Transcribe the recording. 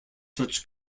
such